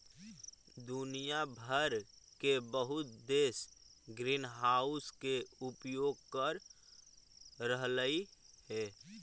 दुनिया भर के बहुत देश ग्रीनहाउस के उपयोग कर रहलई हे